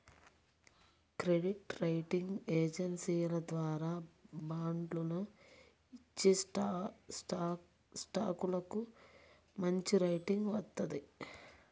credit rating ఏజెన్సీల ద్వారా బాండ్లను ఇచ్చేస్టాక్లకు మంచిరేటింగ్ వత్తది